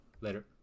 Later